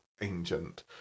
ancient